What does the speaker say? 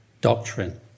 doctrine